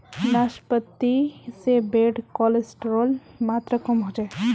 नाश्पाती से bad cholesterol मात्र कम होचे